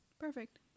Perfect